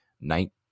Night